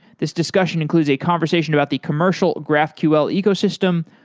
this discussion includes a conversation about the commercial graphql ecosystem,